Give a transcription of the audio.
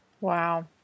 Wow